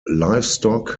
livestock